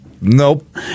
Nope